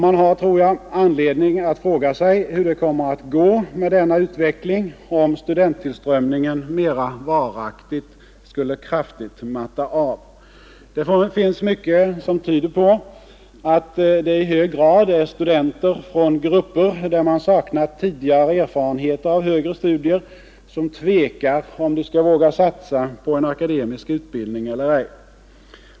Man har anledning att fråga sig hur det kommer att gå med denna utveckling, om studenttillströmningen mera varaktigt skulle kraftigt mattas av. Det finns mycket som tyder på att det i hög grad är studenter från grupper, där man saknat tidigare erfarenheter av högre studier, som tvekar om de skall våga satsa på en akademisk utbildning eller ej.